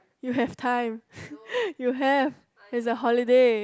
you have time you have it's a holiday